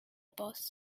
boss